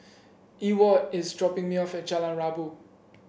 Ewart is dropping me off at Jalan Rabu